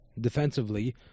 defensively